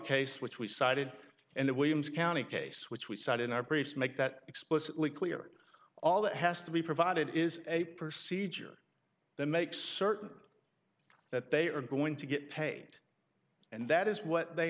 case which we cited in the williams county case which we cite in our priest make that explicitly clear all that has to be provided is a proceed here then make certain that they are going to get paid and that is what they